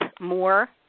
more